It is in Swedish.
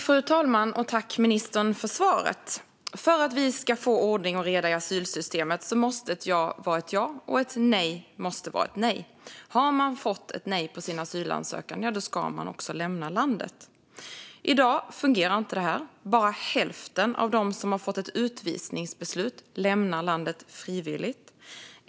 Fru talman! Tack, ministern, för svaret! För att vi ska få ordning och reda i asylsystemet måste ett ja vara ett ja och ett nej vara ett nej. Har man fått ett nej på sin asylansökan ska man lämna landet. I dag fungerar inte det. Bara hälften av dem som har fått ett utvisningsbeslut lämnar landet frivilligt.